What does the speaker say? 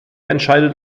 entscheidet